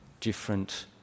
different